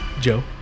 Joe